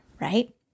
right